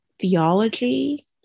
theology